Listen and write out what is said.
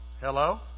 Hello